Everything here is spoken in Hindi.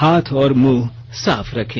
हाथ और मुंह साफ रखें